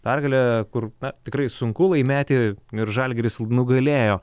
pergalę kur tikrai sunku laimėti ir žalgiris nugalėjo